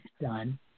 done